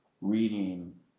reading